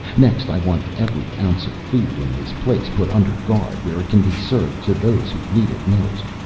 next, i want every ounce of food, in this place put under guard where it can be served to those who need it most.